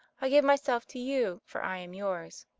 i give myself to you, for i am yours.